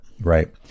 Right